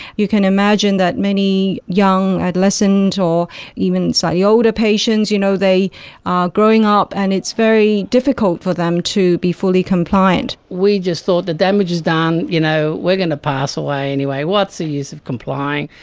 you can imagine that many young adolescents or even slightly older patients, you know they are growing up and it's very difficult for them to be fully compliant. we just thought the damage is done, you know we are going to pass away anyway, what's the use of complying?